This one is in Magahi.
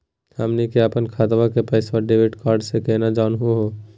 हमनी के अपन खतवा के पैसवा डेबिट कार्ड से केना जानहु हो?